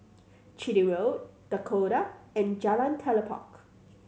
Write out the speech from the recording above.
Chitty Road Dakota and Jalan Telipok